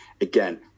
again